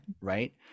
Right